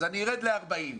אז אני ארד ל-40,